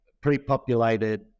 pre-populated